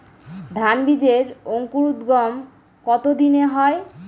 ধান বীজের অঙ্কুরোদগম কত দিনে হয়?